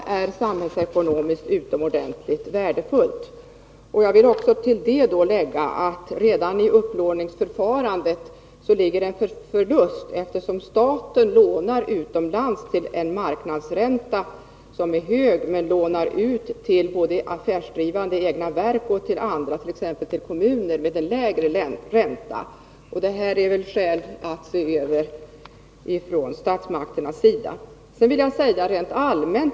Detta är samhällsekonomiskt utomordentligt värdefullt Jag vill till detta lägga att redan i upplåningsförfarandet ligger en förlust, eftersom staten lånar utomlands till en hög marknadsränta men lånar ut både till affärsdrivande egna verk och till andra, t.ex. kommunerna, till en lägre ränta. Det finns skäl för statsmakterna att se över detta.